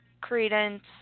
Credence